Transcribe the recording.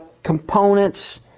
components